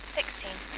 Sixteen